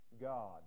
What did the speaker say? God